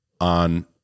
on